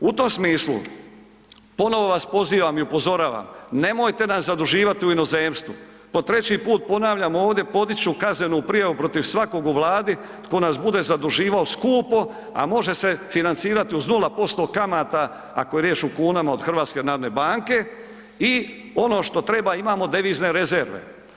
U tom smislu, ponovno vas pozivam i upozoravam, nemojte nas zaduživati u inozemstvu, po treći put ponavljam ovdje, podić ću kaznenu prijavu protiv svakog u Vladi tko nas bude zaduživao skupo, a može se financirati uz 0% kamata ako je riječ o kunama od HNB-a i ono što treba imamo devizne rezerve.